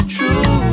True